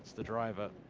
the driver